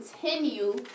continue